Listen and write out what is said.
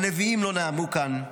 הנביאים לא נאמו כאן,